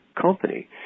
company